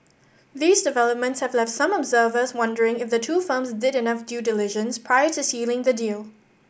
these developments have left some observers wondering if the two firms did enough due diligence prior to sealing the deal